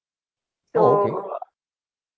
oh okay